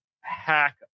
hack